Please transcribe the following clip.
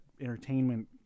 entertainment